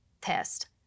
test